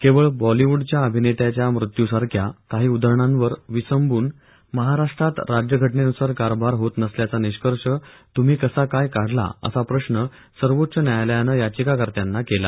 केवळ बॉलीवूडच्या अभिनेत्याच्या मृत्यूसारख्या काही उदाहरणांवर विसंबून महाराष्ट्रात राज्य घटनेन्सार कारभार होत नसल्याचा निष्कर्ष तुम्ही कसा काय काढला असा प्रश्न सर्वोच्च न्यायालयानं याचिकात्यांना केला